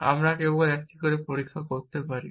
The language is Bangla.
এবং আমরা কেবল একটি করে পরীক্ষা করতে পারি